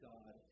God